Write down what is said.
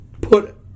put